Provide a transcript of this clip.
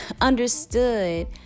understood